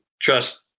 trust